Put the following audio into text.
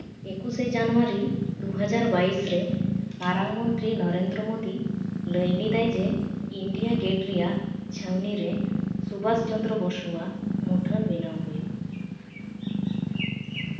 ᱮᱠᱩᱥᱮ ᱡᱟᱱᱩᱣᱟᱨᱤ ᱫᱩ ᱦᱟᱡᱟᱨ ᱵᱟᱭᱤᱥ ᱨᱮ ᱢᱟᱨᱟᱝ ᱢᱚᱱᱛᱨᱤ ᱱᱚᱨᱮᱱᱫᱨᱚ ᱢᱳᱫᱤ ᱞᱟᱹᱭ ᱞᱮᱫᱟᱭ ᱡᱮ ᱤᱱᱰᱤᱭᱟ ᱜᱮᱴ ᱨᱮᱭᱟᱜ ᱪᱷᱟᱹᱣᱱᱤ ᱨᱮ ᱥᱩᱵᱷᱟᱥᱪᱚᱱᱫᱨᱚ ᱵᱚᱥᱩᱣᱟᱜ ᱢᱩᱴᱷᱟᱹᱱ ᱵᱮᱱᱟᱣ ᱦᱩᱭᱩᱜᱼᱟ